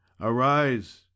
Arise